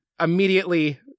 immediately